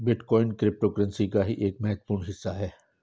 bitcoin cryptocurrency का ही एक महत्वपूर्ण हिस्सा है